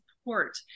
support